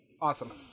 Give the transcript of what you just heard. Awesome